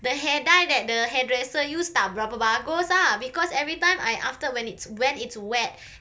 the hair dye that the hairdresser used tak berapa bagus ah because everytime I after when it's wet it's wet